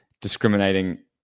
discriminating